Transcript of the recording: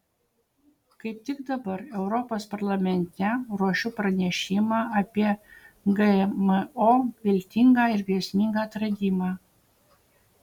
kaip tik dabar europos parlamente ruošiu pranešimą apie gmo viltingą ir grėsmingą atradimą